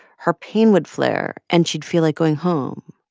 her pain would flare. and she'd feel like going home.